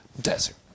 desert